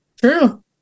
True